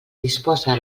disposa